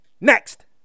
next